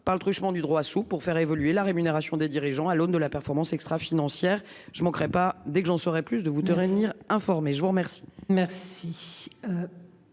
par le truchement du droit sous pour faire évoluer la rémunération des dirigeants à l'aune de la performance extra-financière je ne manquerais pas, dès que j'en saurai plus de vous de réunir informer, je vous remercie.